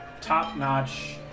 Top-notch